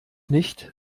nicht